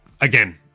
Again